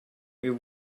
with